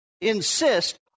insist